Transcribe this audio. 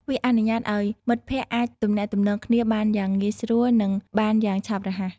វាអនុញ្ញាតឱ្យមិត្តភ័ក្តិអាចទំនាក់ទំនងគ្នាបានយ៉ាងងាយស្រួលនិងបានយ៉ាងឆាប់រហ័ស ។